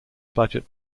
budget